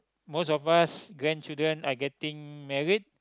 most of us grandchildren are getting married